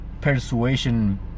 persuasion